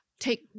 take